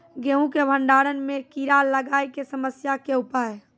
गेहूँ के भंडारण मे कीड़ा लागय के समस्या के उपाय?